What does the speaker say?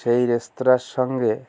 সেই রেস্তোরাঁর সঙ্গে